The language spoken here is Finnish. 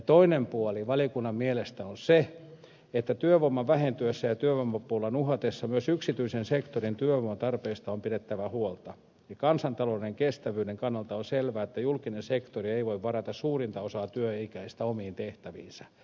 toinen puoli valiokunnan mielestä on se että työvoiman vähentyessä ja työvoimapulan uhatessa myös yksityisen sektorin työvoimatarpeista on pidettävä huolta ja kansantalouden kestävyyden kannalta on selvää että julkinen sektori ei voi varata suurinta osaa työikäisistä omiin tehtäviinsä